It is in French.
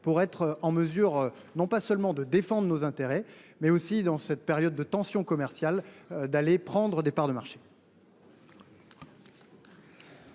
pour être en mesure non pas seulement de défendre nos intérêts, mais aussi, dans cette période de tension commerciale, de gagner des parts de marché.